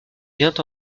vient